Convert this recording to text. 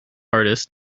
artist